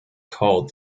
called